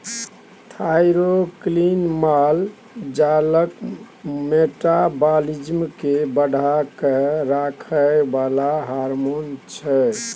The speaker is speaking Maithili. थाइरोक्सिन माल जालक मेटाबॉलिज्म केँ बढ़ा कए राखय बला हार्मोन छै